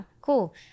Cool